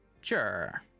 Sure